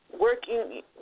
working